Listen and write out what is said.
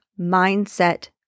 mindset